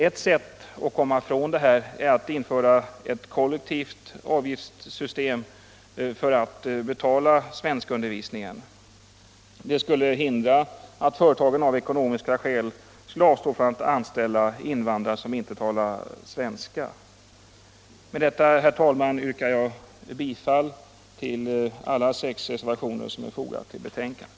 Ett sätt att lösa problemet är att man inför ett kollektivt avgiftssystem för att betala svenskundervisningen. Det skulle: hindra att företagen av ekonomiska skäl avstår från att anställa invandrare som inte talar svenska. Med detta, herr talman, yrkar jag bifall till alla de sex reservationer som är fogade till betänkandet.